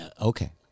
okay